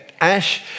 Ash